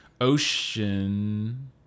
Ocean